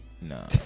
no